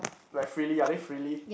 like frilly are they frilly